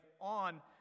on